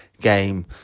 game